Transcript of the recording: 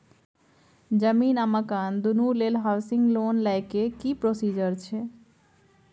जमीन आ मकान दुनू लेल हॉउसिंग लोन लै के की प्रोसीजर छै?